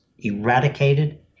eradicated